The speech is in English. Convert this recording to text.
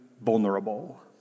vulnerable